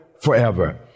forever